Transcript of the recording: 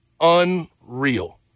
unreal